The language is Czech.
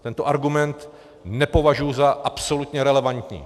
Tento argument nepovažuji za absolutně relevantní!